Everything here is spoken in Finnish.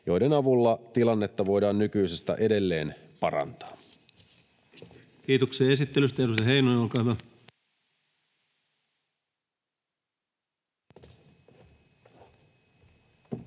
joiden avulla tilannetta voidaan nykyisestä edelleen parantaa. [Speech